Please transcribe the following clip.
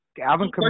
Alvin